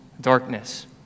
darkness